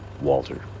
Walter